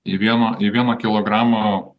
į vieną į vieną kilogramą